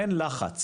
אין לחץ